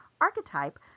archetype